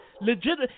legit